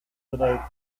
derived